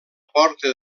porta